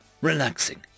relaxing